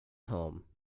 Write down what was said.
home